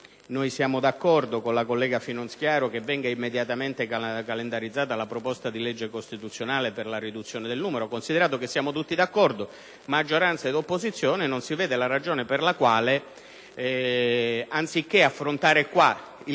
Noi siamo d'accordo con la collega Finocchiaro affinché venga immediatamente calendarizzata la proposta di legge costituzionale per la riduzione del loro numero. Considerato che siamo tutti d'accordo, maggioranza e opposizione, non si vede la ragione per la quale, anziché affrontare in